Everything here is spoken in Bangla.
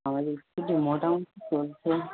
আমাদের স্কুল এই মোটামুটি চলছে